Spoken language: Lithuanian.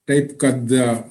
taip kad